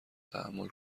تحمل